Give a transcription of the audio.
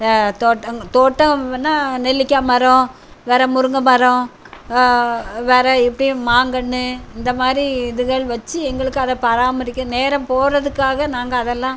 தோட்டம் தோட்டம் வேணுணா நெல்லிகாய் மரம் வேறே முருங்கை மரம் வேறே இப்படியும் மாங்கன்று இந்த மாதிரி இதுகள் வச்சு எங்களுக்கு அதை பராமரிக்க நேரம் போகிறதுக்காக நாங்கள் அதெல்லாம்